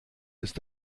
ist